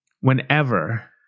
Whenever